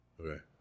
Okay